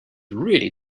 really